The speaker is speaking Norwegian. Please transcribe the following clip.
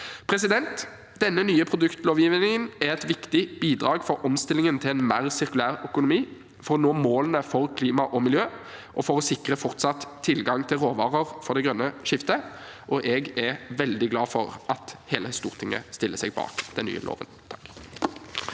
markedet. Denne nye produktlovgivningen er et viktig bidrag for omstillingen til en mer sirkulær økonomi, for å nå målene for klima og miljø og for å sikre fortsatt tilgang til råvarer for det grønne skiftet. Jeg er veldig glad for at hele Stortinget stiller seg bak den nye loven.